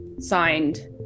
signed